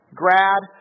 grad